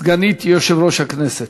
סגנית יושב-ראש הכנסת.